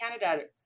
Canada